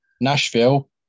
Nashville